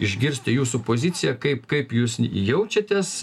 išgirsti jūsų poziciją kaip kaip jūs jaučiatės